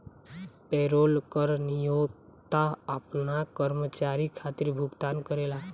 payroll कर नियोक्ता आपना कर्मचारी खातिर भुगतान करेला